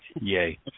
Yay